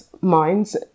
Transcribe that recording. minds